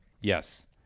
Yes